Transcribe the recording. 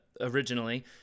originally